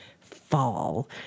fall